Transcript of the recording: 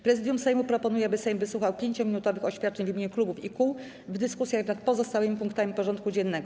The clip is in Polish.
Prezydium Sejmu proponuje, aby Sejm wysłuchał 5-minutowych oświadczeń w imieniu klubów i kół w dyskusjach nad pozostałymi punktami porządku dziennego.